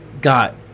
got